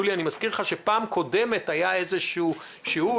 אני מזכיר לך שבפעם הקודמת היה איזשהו שיהוי,